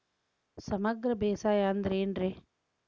ಸಮಗ್ರ ಬೇಸಾಯ ಅಂದ್ರ ಏನ್ ರೇ?